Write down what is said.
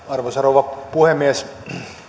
arvoisa rouva puhemies